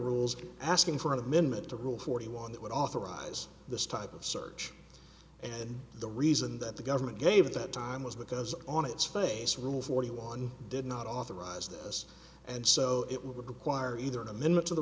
rules asking for an amendment to rule forty one that would authorize this type of search and the reason that the government gave that time was because on its face rule forty one did not authorize this and so it would require either an amendment to the